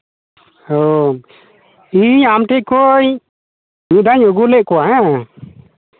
ᱦᱮᱸ ᱤᱧ ᱟᱢ ᱴᱷᱮᱱ ᱠᱷᱚᱱ ᱢᱤᱫ ᱫᱷᱟᱣ ᱟᱹᱜᱩ ᱞᱮᱫ ᱠᱚᱣᱟ ᱦᱮᱸ